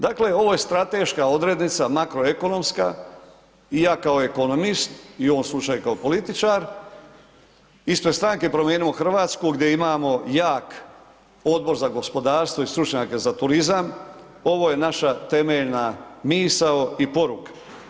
Dakle, ovo je strateška odrednica makroekonomska i ja kao ekonomist i u ovom slučaju kao političar ispred Stranke Promijenimo Hrvatsku gdje imamo jak Odbor za gospodarstvo i stručnjake za turizam ovo je naša temeljna misao i poruka.